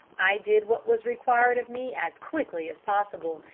i did what was required of me as quickly as possible,